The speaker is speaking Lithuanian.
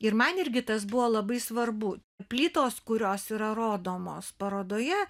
ir man irgi tas buvo labai svarbu plytos kurios yra rodomos parodoje